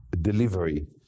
delivery